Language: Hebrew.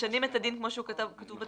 משנים את הדין כמו שהוא כתוב בתקנות.